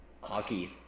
Hockey